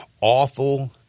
awful